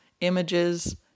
images